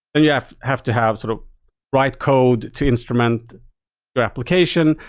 and yeah have to have sort of write code to instrument your application.